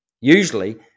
usually